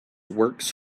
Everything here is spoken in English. works